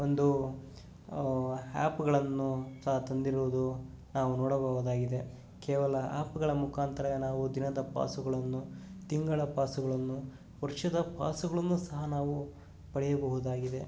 ಒಂದು ಆ್ಯಪ್ಗಳನ್ನು ಸಹ ತಂದಿರುವುದು ನಾವು ನೋಡಬಹುದಾಗಿದೆ ಕೇವಲ ಆ್ಯಪ್ಗಳ ಮುಖಾಂತರ ನಾವು ದಿನದ ಪಾಸುಗಳನ್ನು ತಿಂಗಳ ಪಾಸುಗಳನ್ನು ವರ್ಷದ ಪಾಸುಗಳನ್ನೂ ಸಹ ನಾವು ಪಡೆಯಬಹುದಾಗಿದೆ